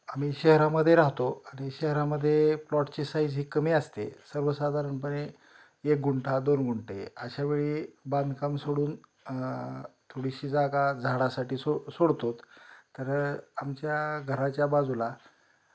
आम्ही शहरामध्ये राहतो आणि शहरामध्ये प्लॉटची साईज ही कमी असते सर्वसाधारणपणे एक गुंठा दोन गुंठे अशावेळी बांधकाम सोडून थोडीशी जागा झाडासाठी सो सोडतोत तर आमच्या घराच्या बाजूला